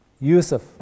Yusuf